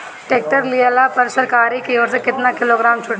Tractor लिहला पर सरकार की ओर से केतना किलोग्राम छूट बा?